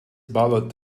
ballad